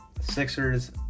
Sixers